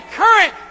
current